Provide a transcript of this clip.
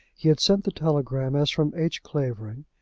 he had sent the telegram as from h. clavering.